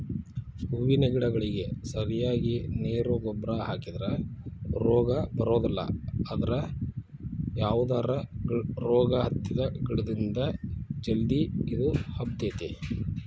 ಹೂವಿನ ಗಿಡಗಳಿಗೆ ಸರಿಯಾಗಿ ನೇರು ಗೊಬ್ಬರ ಹಾಕಿದ್ರ ರೋಗ ಬರೋದಿಲ್ಲ ಅದ್ರ ಯಾವದರ ರೋಗ ಹತ್ತಿದ ಗಿಡದಿಂದ ಜಲ್ದಿ ಇದು ಹಬ್ಬತೇತಿ